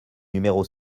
numéro